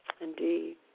Indeed